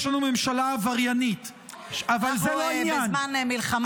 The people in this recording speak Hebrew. יש לנו ממשלה עבריינית --- בזמן מלחמה,